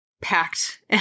packed